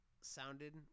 sounded